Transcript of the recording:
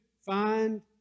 find